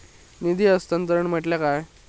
निधी हस्तांतरण म्हटल्या काय?